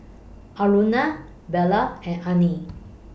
Aruna Bellur and Anil